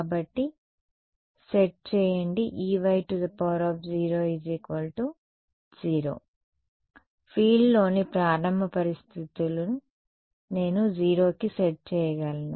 కాబట్టిసెట్ చేయండి E y0 0 ఫీల్డ్లోని ప్రారంభ పరిస్థితులు నేను 0కి సెట్ చేయగలను